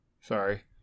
sorry